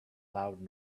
loud